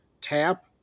tap